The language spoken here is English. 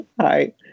hi